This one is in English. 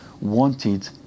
wanted